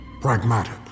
Pragmatic